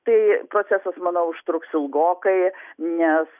tai procesas manau užtruks ilgokai nes